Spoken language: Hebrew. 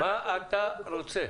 מה אתה רוצה?